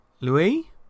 Louis